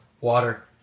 water